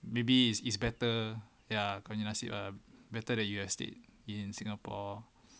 maybe it's it's better ya kau punya nasib ah better that you've stayed in singapore